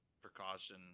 precaution